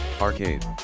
Arcade